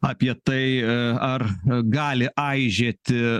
apie tai ar gali aižėti